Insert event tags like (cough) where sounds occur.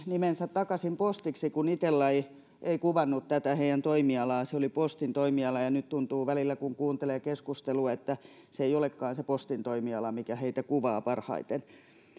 (unintelligible) nimensä takaisin postiksi kun itella ei ei kuvannut tätä heidän toimialaansa vaan se oli postin toimiala ja nyt välillä tuntuu kun kuuntelee keskustelua että se ei olekaan se postin toimiala mikä heitä kuvaa parhaiten